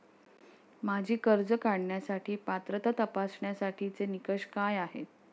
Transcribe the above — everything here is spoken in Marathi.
माझी कर्ज काढण्यासाठी पात्रता तपासण्यासाठीचे निकष काय आहेत?